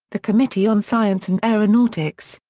the committee on science and aeronautics,